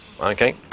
okay